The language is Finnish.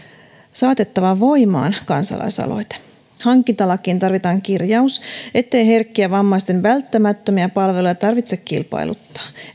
saatettava kansalaisaloite voimaan hankintalakiin tarvitaan kirjaus ettei herkkien vammaisten välttämättömiä palveluja tarvitse kilpailuttaa